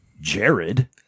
Jared